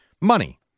Money